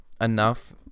Enough